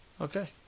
okay